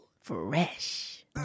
fresh